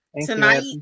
tonight